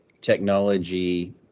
technology